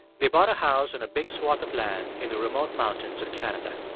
they bought a house on a big swath of land in the remote mountains of canada.